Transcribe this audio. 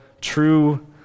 true